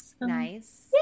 Nice